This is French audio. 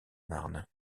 marne